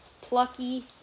Plucky